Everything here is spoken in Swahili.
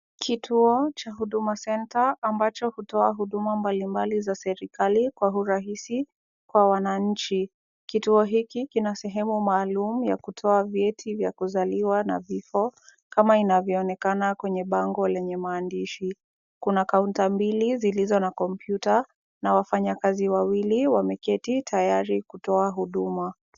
Kituo cha Huduma Centre ambacho hutoa huduma mbalimbali za serikali kwa urahisi kwa wananchi. Kituo hiki kina sehemu maalum ya kutoa vyeti vya kuzaliwa na vifo kama inayoonekana kwenye bango lenye maandishi. Kuna counter mbili zilizo na kompyuta na wafanyakazi wawili wameketi tayari kutoa huduma.